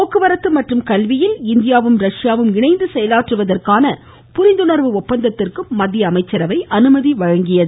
போக்குவரத்து மற்றும் ரஷ்யாவும் இணந்து செயலாற்றுவதற்கான புரிந்துணர்வு ஒப்பந்தத்திற்கும் மத்திய அமைச்சரவை அனுமதி வழங்கியது